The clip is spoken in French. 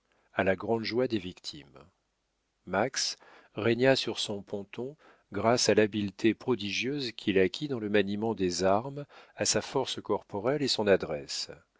à la grande joie des victimes max régna sur son ponton grâce à l'habileté prodigieuse qu'il acquit dans le maniement des armes à sa force corporelle et son adresse